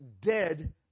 dead